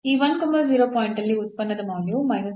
ಈ ಪಾಯಿಂಟ್ ಅಲ್ಲಿ ಉತ್ಪನ್ನದ ಮೌಲ್ಯವು 1